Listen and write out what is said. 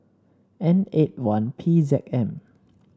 N eight one P Z M